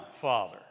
Father